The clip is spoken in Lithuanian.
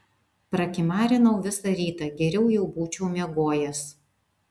prakimarinau visą rytą geriau jau būčiau miegojęs